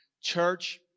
Church